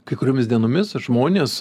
kai kuriomis dienomis žmonės